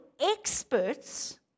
experts